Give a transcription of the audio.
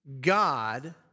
God